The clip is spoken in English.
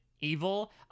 evil